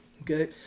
Okay